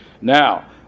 Now